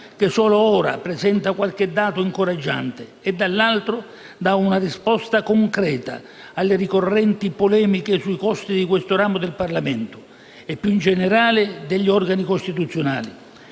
che solo ora presenta qualche dato incoraggiante e, dall'altro, dà una risposta concreta alle ricorrenti polemiche sui costi di questo ramo del Parlamento e, più in generale, degli organi costituzionali.